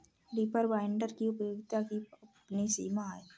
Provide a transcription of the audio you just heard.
reaper binder की उपयोगिता की अपनी सीमा है